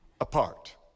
apart